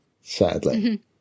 sadly